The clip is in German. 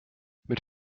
mit